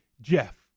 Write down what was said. Jeff